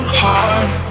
heart